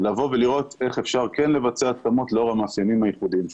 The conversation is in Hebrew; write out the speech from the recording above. לראות איך אפשר לעשות התאמות לאור המאפיינים הייחודיים שלהם.